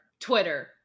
Twitter